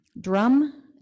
drum